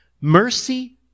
Mercy